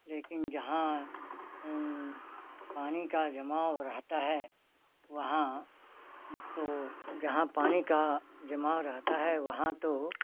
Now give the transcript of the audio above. लेकिन जहाँ पानी का जमाव रहता है वहाँ तो जहाँ पानी का जमाव रहता है वहाँ तो